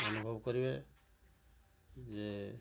ଅନୁଭବ କରିବେ ଯେ